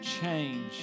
change